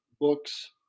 books